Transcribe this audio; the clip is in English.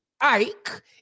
Ike